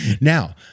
Now